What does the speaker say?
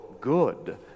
good